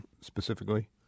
specifically